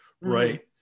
Right